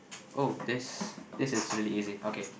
oh this this is really easy okay